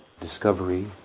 discovery